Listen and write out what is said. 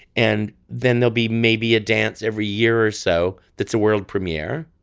and then they'll be maybe a dance every year or so. that's a world premiere.